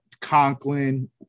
Conklin